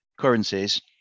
currencies